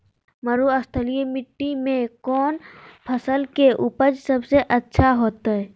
मरुस्थलीय मिट्टी मैं कौन फसल के उपज सबसे अच्छा होतय?